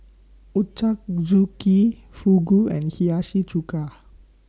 Ochazuke Fugu and Hiyashi Chuka